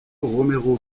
romero